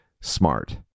smart